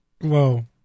Whoa